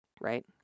Right